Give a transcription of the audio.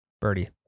birdie